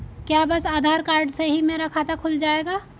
क्या बस आधार कार्ड से ही मेरा खाता खुल जाएगा?